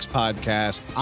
podcast